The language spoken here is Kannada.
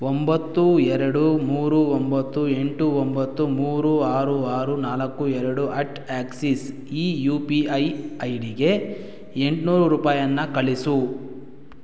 ಒಂಬತ್ತು ಎರಡು ಮೂರು ಒಂಬತ್ತು ಎಂಟು ಒಂಬತ್ತು ಮೂರು ಆರು ಆರು ನಾಲ್ಕು ಎರಡು ಎಟ್ ಆ್ಯಕ್ಸಿಸ್ ಈ ಯು ಪಿ ಐ ಐ ಡಿಗೆ ಎಂಟು ನೂರು ರೂಪಾಯಿಯನ್ನು ಕಳಿಸು